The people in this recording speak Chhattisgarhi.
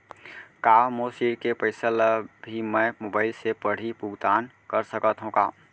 का मोर ऋण के पइसा ल भी मैं मोबाइल से पड़ही भुगतान कर सकत हो का?